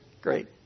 great